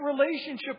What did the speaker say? relationship